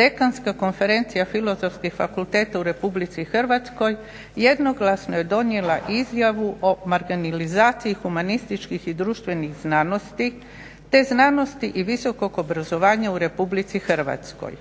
Dekanska konferencija filozofskih fakulteta u Republici Hrvatskoj jednoglasno je donijela izjavu o marginalizaciji humanističkih i društvenih znanosti te znanosti i visokog obrazovanja u Republici Hrvatskoj.